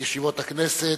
לפתוח את ישיבת הכנסת.